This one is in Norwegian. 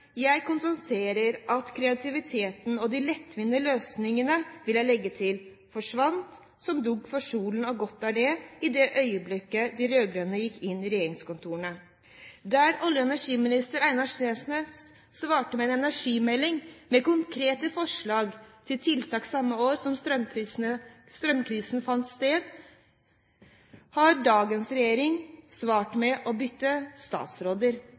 Jeg konstaterer at kreativiteten og de lettvinte løsningene, vil jeg legge til, forsvant som dugg for solen – og godt er det – i det øyeblikket de rød-grønne gikk inn i regjeringskontorene. Der olje- og energiminister Einar Steensnæs svarte med en energimelding med konkrete forslag til tiltak samme år som strømkrisen fant sted, har dagens regjering svart med å bytte statsråder.